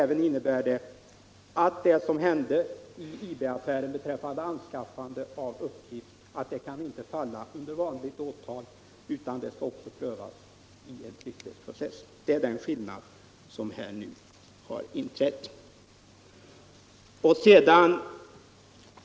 Det innebär även att vad som hände i IB-affären beträffande anskaffande av uppgift inte kan falla under vanligt åtal, utan det skall också föras till en tryckfrihetsprocess. Detta är den skillnad som nu har inträtt.